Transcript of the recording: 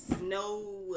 no